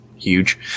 Huge